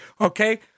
Okay